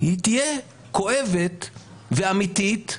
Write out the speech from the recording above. תהיה כואבת ואמיתית,